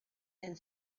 and